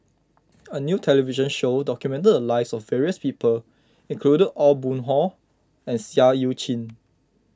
a new television show documented the lives of various people including Aw Boon Haw and Seah Eu Chin